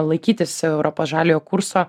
laikytis europos žaliojo kurso